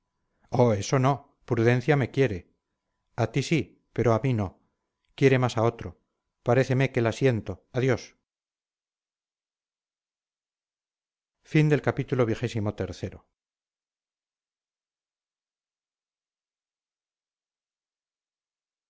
oh eso no prudencia me quiere a ti sí pero a mí no quiere más a otro paréceme que la siento adiós